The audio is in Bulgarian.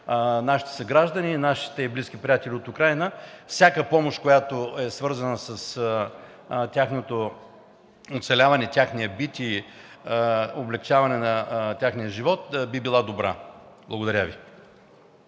нашите съграждани и на нашите близки приятели от Украйна. Всяка помощ, която е свързана с тяхното оцеляване, техния бит и облекчаване на техния живот, би била добра. Благодаря Ви.